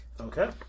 Okay